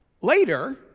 Later